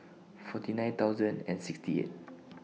forty nine thousand and sixty eight